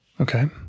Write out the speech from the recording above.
Okay